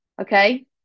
Okay